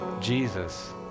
Jesus